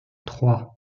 trois